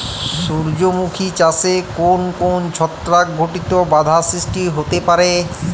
সূর্যমুখী চাষে কোন কোন ছত্রাক ঘটিত বাধা সৃষ্টি হতে পারে?